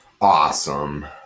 awesome